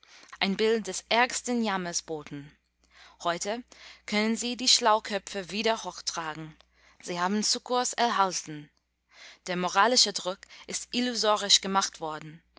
ein bild des ärgsten jammers boten heute können sie die schlauköpfe wieder hochtragen sie haben sukkurs erhalten der moralische druck ist illusorisch gemacht worden